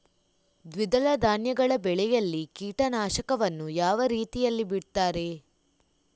ದ್ವಿದಳ ಧಾನ್ಯಗಳ ಬೆಳೆಯಲ್ಲಿ ಕೀಟನಾಶಕವನ್ನು ಯಾವ ರೀತಿಯಲ್ಲಿ ಬಿಡ್ತಾರೆ?